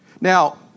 Now